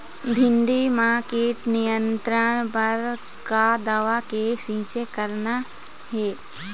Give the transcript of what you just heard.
भिंडी म कीट नियंत्रण बर का दवा के छींचे करना ये?